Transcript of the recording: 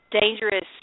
dangerous